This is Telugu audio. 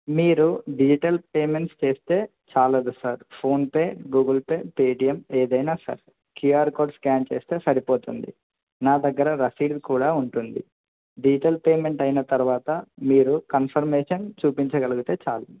మీరు డిజిటల్ పేమెంట్స్ చేస్తే చాలు sir PhonePe Google Pay Paytm ఏదైనా సార్ క్యూఆర్ కోడ్ స్కాన్ చేస్తే సరిపోతుంది నా దగ్గర రసీదు కూడా ఉంటుంది డిజిటల్ పేమెంట్ అయిన తర్వాత మీరు కన్ఫర్మేషన్ చూపించగలిగితే చాలు